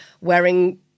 wearing